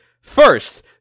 First